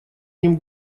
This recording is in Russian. ним